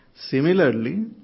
Similarly